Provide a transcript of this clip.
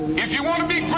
if you want to be